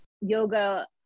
yoga